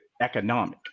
economic